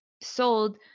sold